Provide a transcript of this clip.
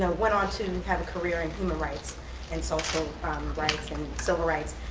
ah went on to have a career in human rights and social rights and civil rights.